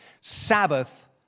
Sabbath